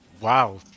wow